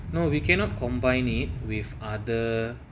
no we cannot combine it with other